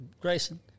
Grayson